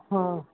ਹਾਂ